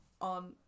on